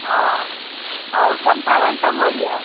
हँ आओर कोन पाबनि सभ होइए